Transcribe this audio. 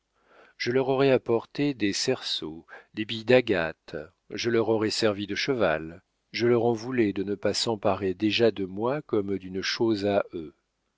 je leur aurais apporté des cerceaux des billes d'agate je leur aurais servi de cheval je leur en voulais de ne pas s'emparer déjà de moi comme d'une chose à eux